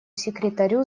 секретарю